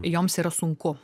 joms yra sunku